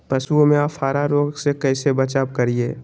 पशुओं में अफारा रोग से कैसे बचाव करिये?